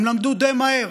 הם למדו די מהר.